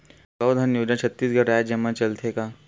गौधन योजना छत्तीसगढ़ राज्य मा चलथे का?